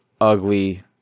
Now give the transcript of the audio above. ugly